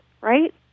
right